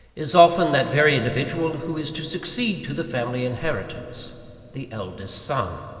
is often that very individual who is to succeed to the family inheritance the eldest son.